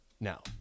now